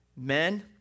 Men